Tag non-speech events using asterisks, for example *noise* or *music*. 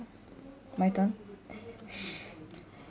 my turn *laughs*